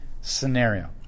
scenario